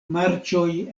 marĉoj